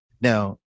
now